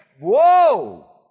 whoa